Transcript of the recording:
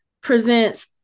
presents